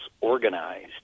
organized